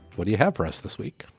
what do you have for us this week?